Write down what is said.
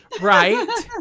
Right